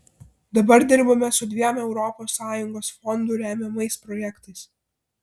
dabar dirbame su dviem europos sąjungos fondų remiamais projektais